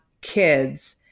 kids